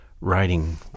writing